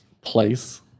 place